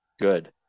good